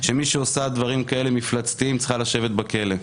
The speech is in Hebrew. שמי שעושה דברים כאלה מפלצתיים צריכה לשבת בכלא.